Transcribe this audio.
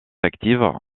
active